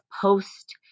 post